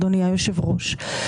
אדוני יושב הראש.